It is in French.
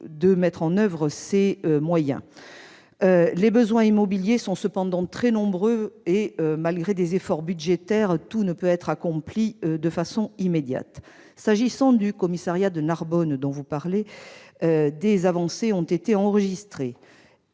de mettre en oeuvre ces moyens. Les besoins immobiliers sont cependant très nombreux et malgré des efforts budgétaires, tout ne peut être accompli de façon immédiate. S'agissant du commissariat de Narbonne, des avancées ont été enregistrées.